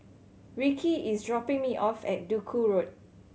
Ricci is dropping me off at Duku Road